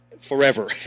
forever